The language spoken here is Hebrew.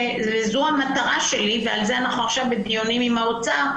זו המטרה שלי ועל זה אנחנו בדיון עם האוצר,